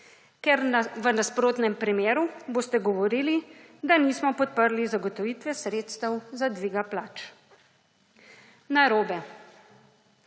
Ker v nasprotnem primeru boste govorili, da nismo podprli zagotovitve sredstev za dviga plač. Narobe.